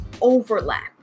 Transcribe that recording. overlap